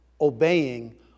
obeying